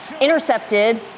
intercepted